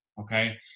Okay